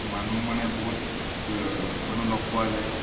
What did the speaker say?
মানুহ মানে বহুত মানুহ লগ পোৱা যায়